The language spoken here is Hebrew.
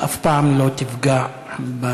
אתה אף פעם לא תפגע בתקרה.